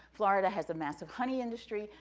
florida has a massive honey industry,